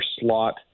slot